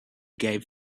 gave